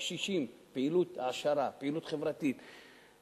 לקשישים, פעילות העשרה, פעילות חברתית.